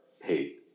hate